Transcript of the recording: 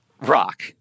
rock